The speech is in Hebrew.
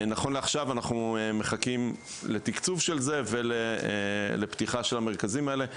נכון לעכשיו אנחנו מחכים לתקצוב של זה ולפתיחה של המרכזים האלה.